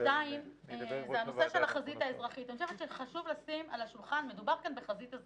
אני אדבר עם יושב-ראש הוועדה למוכנות העורף.